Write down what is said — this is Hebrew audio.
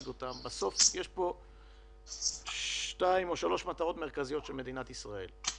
בסוף יש פה שתיים או שלוש מטרות מרכזיות של מדינת ישראל.